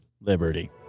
liberty